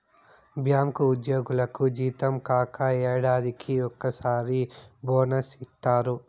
bank ఉద్యోగులకు జీతం కాక ఏడాదికి ఒకసారి బోనస్ ఇత్తారు